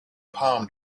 palm